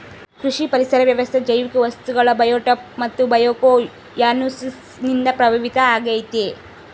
ಕೃಷಿ ಪರಿಸರ ವ್ಯವಸ್ಥೆ ಜೈವಿಕ ವಸ್ತುಗಳು ಬಯೋಟೋಪ್ ಮತ್ತು ಬಯೋಕೊಯನೋಸಿಸ್ ನಿಂದ ಪ್ರಭಾವಿತ ಆಗೈತೆ